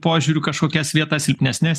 požiūriu kažkokias vietas silpnesnes